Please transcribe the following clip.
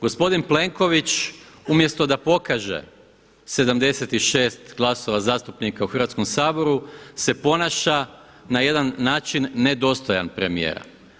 Gospodin Plenković umjesto da pokaže 76 glasova zastupnika u Hrvatskom saboru se ponaša na jedan način nedostojan premijera.